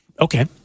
okay